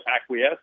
acquiesce